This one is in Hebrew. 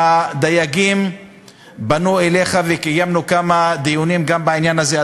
הדייגים פנו אליך וקיימנו כמה דיונים גם בעניין הזה,